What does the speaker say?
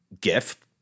gift